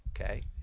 Okay